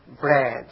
bread